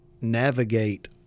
navigate